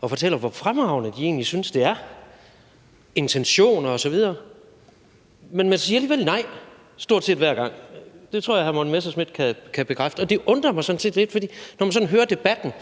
og fortæller, hvor fremragende de egentlig synes det og intentionen bag osv. er – men man siger alligevel nej stort set hver gang. Det tror jeg hr. Morten Messerschmidt kan bekræfte, og det undrer mig sådan set lidt. For når man sådan hører debatten,